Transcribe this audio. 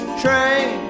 train